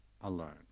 alone